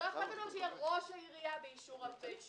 לא איכפת לנו שזה יהיה "ראש העיריה באישור המועצה".